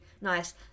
nice